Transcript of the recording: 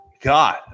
God